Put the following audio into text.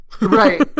Right